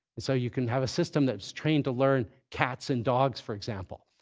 and so you can have a system that's trained to learn cats and dogs, for example.